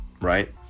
right